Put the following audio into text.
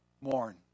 mourn